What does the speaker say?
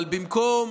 אבל במקום